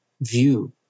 view